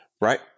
Right